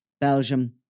Belgium